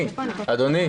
אדוני,